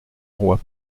roi